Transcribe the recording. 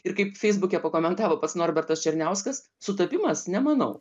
ir kaip feisbuke pakomentavo pats norbertas černiauskas sutapimas nemanau